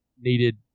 needed